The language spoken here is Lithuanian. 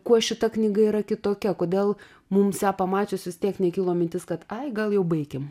kuo šita knyga yra kitokia kodėl mums ją pamačiusius vis tiek nekilo mintis kad ai gal jau baikim